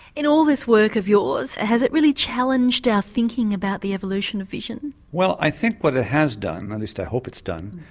in all this work of yours, has it really challenged our thinking about the evolution of vision? well i think what it has done, at least i hope it's done,